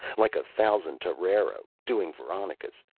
like a thousand toreros doing veronicas.